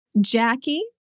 Jackie